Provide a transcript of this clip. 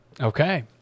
Okay